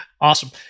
Awesome